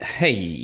hey